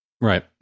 Right